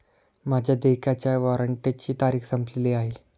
माझ्या देयकाच्या वॉरंटची तारीख संपलेली आहे